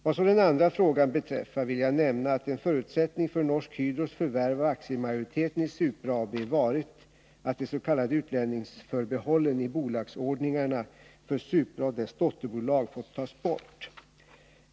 Vad så den andra frågan beträffar vill jag nämna att en förutsättning för Norsk Hydros förvärv av aktiemajoriteten i Supra AB varit att de s.k. utlänningsförbehållen i bolagsordningarna för Supra och dess dotterbolag fått tas bort.